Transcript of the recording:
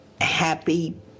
happy